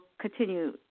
continue